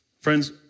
Friends